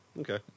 Okay